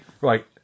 right